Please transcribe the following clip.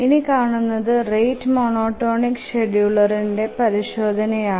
ഇനി കാണുന്നത് rate monotonic ഷ്ഡ്യൂളിന്ടെ പരിശോധന ആണ്